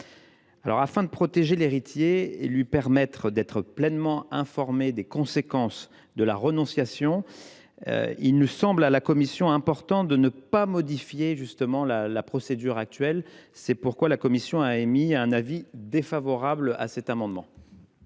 afin de protéger l’héritier et de lui permettre d’être pleinement informé des conséquences de sa renonciation, il nous semble important de ne pas modifier la procédure actuelle. C’est pourquoi la commission a émis un avis défavorable sur cet amendement.